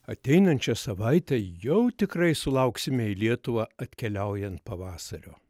ateinančią savaitę jau tikrai sulauksime į lietuvą atkeliaujant pavasario